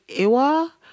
Iwa